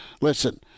listen